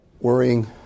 worrying